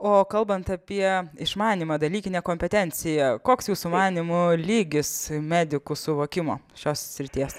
o kalbant apie išmanymą dalykinę kompetenciją koks jūsų manymu lygis medikų suvokimo šios srities